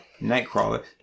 Nightcrawler